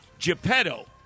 Geppetto—